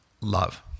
Love